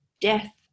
death